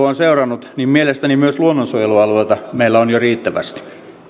on seurannut niin mielestäni myös luonnonsuojelualueita meillä on jo riittävästi